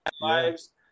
Lives